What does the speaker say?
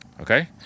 okay